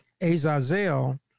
Azazel